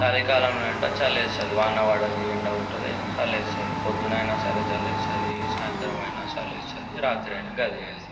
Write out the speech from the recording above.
చలికాలంలో అంటే చలి వేస్తుంది వాన పడదు ఎండ కొట్టదు ఏమి చలి వేస్తుంది పొద్దునైనా సరే చలి వేస్తుంది సాయంత్రమైనా చలి వేస్తుంది రాత్రి అయినా గదే చేస్తుంది